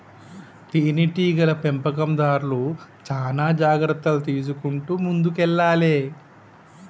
తేనె టీగల పెంపకందార్లు చానా జాగ్రత్తలు తీసుకుంటూ ముందుకెల్లాలే